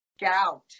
gout